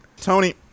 Tony